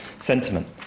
sentiment